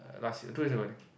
uh last year two years ago I think